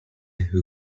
who